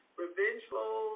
revengeful